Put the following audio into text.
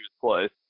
place